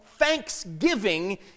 Thanksgiving